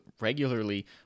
regularly